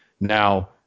Now